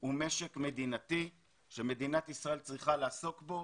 הוא משק שמדינת ישראל צריכה לעסוק בו,